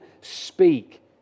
speak